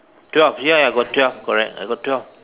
twelve ya ya I got twelve correct I got twelve